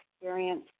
experience